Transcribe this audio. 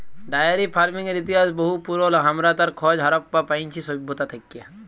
diary ফার্মিংয়ের ইতিহাস বহু পুরল, হামরা তার খজ হারাপ্পা পাইছি সভ্যতা থেক্যে